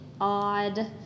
odd